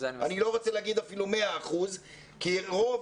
אני לא רוצה להגיד אפילו 100% כי רוב